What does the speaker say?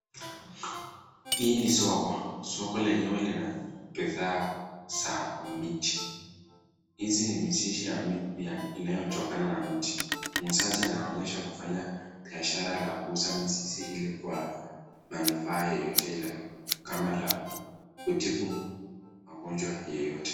Hii ni soko, soko lenyewe lina bidhaa za miti, hizi ni mizizi inayotokana na miti, muuzaji anafanya biashara ya uuzaji wa miti ile kwa manufaa yeyote ile kama la kutibu magonjwa yeyote.